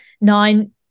nine